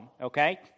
okay